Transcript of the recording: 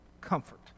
comfort